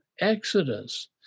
exodus